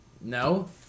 No